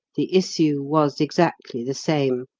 the issue was exactly the same.